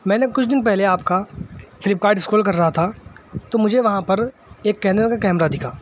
میں نے کچھ دن پہلے آپ کا فلپکاٹ اسکرول کر رہا تھا تو مجھے وہاں پر ایک کینن کا کیمرہ دکھا